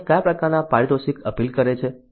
તેમને કયા પ્રકારનાં પારિતોષિકો અપીલ કરે છે